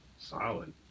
solid